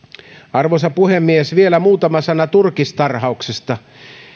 arvoisa puhemies vielä muutama sana turkistarhauksesta